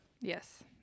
Yes